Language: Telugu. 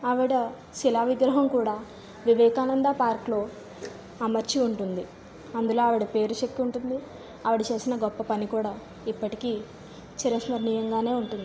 ఆవిడ శిలా విగ్రహం కూడా వివేకానంద పార్క్లో అమర్చి ఉంటుంది అందులో ఆవిడ పేరు చెక్కి ఉంటుంది ఆవిడ చేసిన గొప్ప పని కూడా ఇప్పటికీ చిరస్మరణీయంగానే ఉంటుంది